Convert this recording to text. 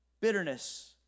bitterness